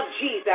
Jesus